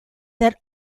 that